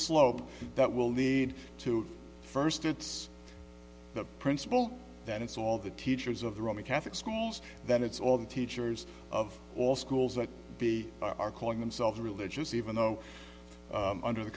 slope that will lead to first it's the principle that it's all the teachers of the roman catholic schools that it's all the teachers of all schools that be are calling themselves religious even though under the